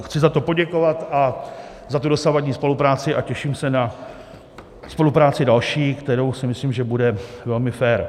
Chci za to poděkovat, za tu dosavadní spolupráci, a těším se na spolupráci další, která, myslím si, bude velmi fér.